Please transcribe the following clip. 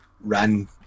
ran